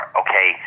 okay